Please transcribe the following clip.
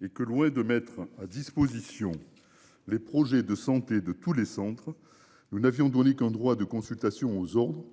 et que loin de mettre à disposition. Les projets de santé de tous les centres. Nous n'avions donné qu'un droit de consultation aux ordres.